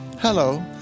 Hello